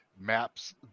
maps